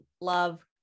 love